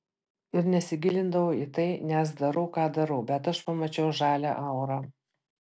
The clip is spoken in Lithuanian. ir nesigilindavau į tai nes darau ką darau bet aš pamačiau žalią aurą